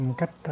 cách